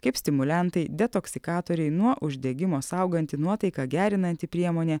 kaip stimuliantai detoksikatoriai nuo uždegimo sauganti nuotaiką gerinanti priemonė